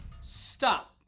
stop